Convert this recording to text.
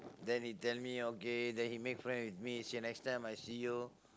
then he tell me okay then he make friend with me say next time I see you